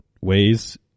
ways